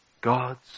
God's